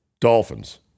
Dolphins